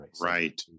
right